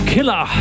Killer